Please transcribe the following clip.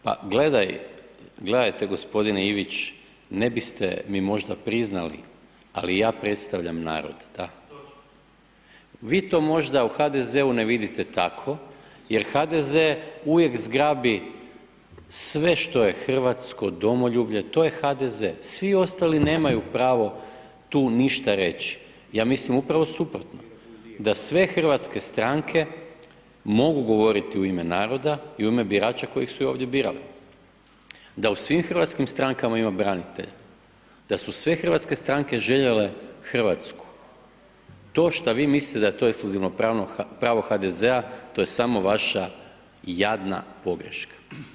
Pa gledaj, gledajte g. Ivić, ne biste mi možda priznali, ali ja predstavljam narod da, vi to možda u HDZ-u ne vidite tako jer HDZ uvijek zgrabi sve što je hrvatsko domoljublje, to je HDZ, svi ostali nemaju pravo tu ništa reći, ja mislim upravo suprotno, da sve hrvatske stranke mogu govoriti u ime naroda i u ime birača koji su ih ovdje birali, da u svim hrvatskim strankama ima branitelja, da su sve hrvatske stranke željele RH, to šta vi mislite da… [[Govornik se ne razumije]] pravo HDZ-a, to je samo vaša jadna pogreška.